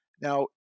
Now